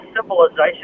civilization